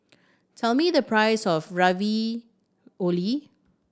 tell me the price of Ravioli